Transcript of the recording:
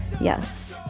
Yes